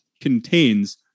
contains